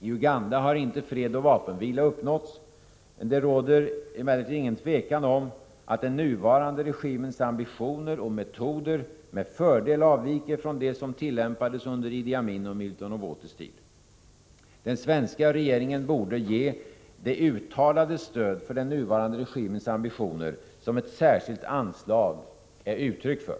I Uganda har inte fred och vapenvila uppnåtts. Det råder emellertid inget tvivel om att den nuvarande regimens ambitioner och metoder med fördel avviker från dem som tillämpades under Idi Amins och Milton Obotes tid. Den svenska regeringen borde ge det uttalade stöd för den nuvarande regimens ambitioner som ett särskilt anslag är uttryck för.